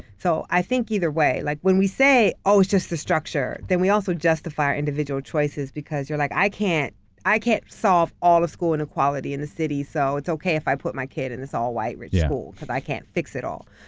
so, i think either way. like when we say, oh, it's just the structure, then we also justify individual choices, because you're like, i can't i can't solve all of school inequality in the city, so it's okay if i put my kid in this all white, rich school, cause i can't fix it all.